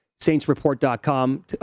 saintsreport.com